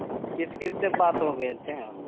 जी किस किससे बात हो गई थी आप